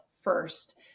first